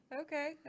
Okay